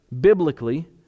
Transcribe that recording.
biblically